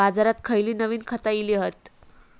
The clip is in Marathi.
बाजारात खयली नवीन खता इली हत?